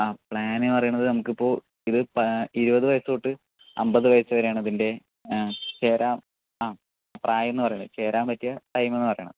ആ പ്ലാൻ എന്ന് പറയുന്നത് നമുക്കിപ്പോൾ ഇത് പ്ലാൻ ഇരുപത് വയസ്സ് തൊട്ട് അൻപത് വയസ്സ് വരെയാണ് അതിൻ്റെ ചേരാൻ ആ പ്രായം എന്ന് പറയുന്നത് ചേരാൻ പറ്റിയ ടൈം എന്ന് പറയുന്നത്